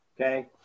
okay